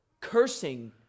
cursing